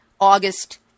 August